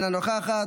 אינה נוכחת,